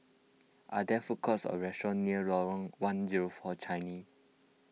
are there food courts or restaurants near Lorong one zero four Changi